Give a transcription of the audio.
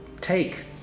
take